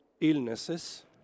illnesses